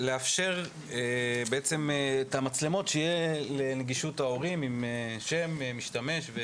לאפשר שהמצלמות יהיו לנגישות ההורים עם שם משתמש וסיסמה.